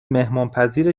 مهمانپذیر